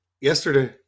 Yesterday